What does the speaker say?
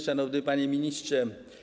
Szanowny Panie Ministrze!